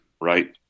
right